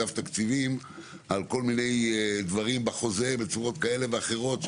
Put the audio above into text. אגף תקציבים על כול מיני דברים בחוזה בצורות כאלה ואחרות.